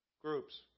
groups